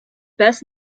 best